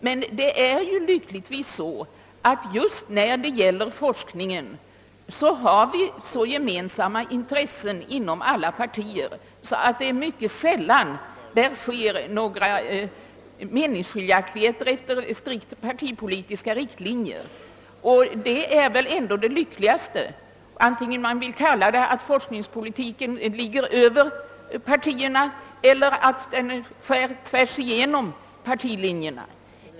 Men det är ju lyckligtvis så, att just i fråga om forskningen har vi inom alla partier i så hög grad gemensamma intressen, att det mycket sällan förekommer meningsskiljaktigheter efter strikt partipolitiska riktlinjer. Det är väl ändå det lyckligaste vare sig man vill kalla det att forskningspolitiken ligger över partierna eller att den skär tvärsigenom partilinjerna.